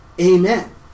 Amen